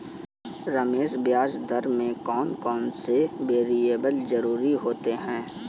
रमेश ब्याज दर में कौन कौन से वेरिएबल जरूरी होते हैं?